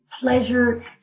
pleasure